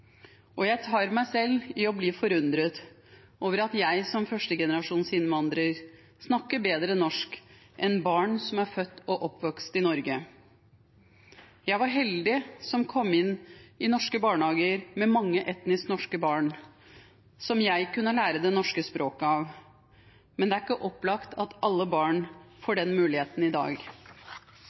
Jeg tar meg selv i å bli forundret over at jeg som førstegenerasjons innvandrer snakker bedre norsk enn barn som er født og oppvokst i Norge. Jeg var heldig som kom inn i norske barnehager med mange etnisk norske barn som jeg kunne lære det norske språket av. Det er ikke opplagt at alle barn får den muligheten i dag.